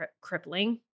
crippling